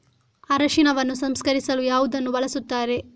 ಅರಿಶಿನವನ್ನು ಸಂಸ್ಕರಿಸಲು ಯಾವುದನ್ನು ಬಳಸುತ್ತಾರೆ?